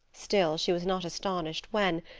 still she was not astonished when,